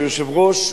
משום שהיושב-ראש,